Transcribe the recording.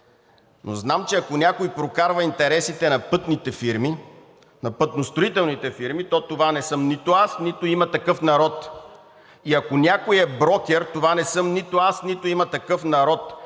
но знам, че ако някой прокарва интересите на пътните фирмите, на пътностроителните фирми, то това не съм нито аз, нито „Има такъв народ“ и ако някой е брокер, това не съм нито аз, нито „Има такъв народ“,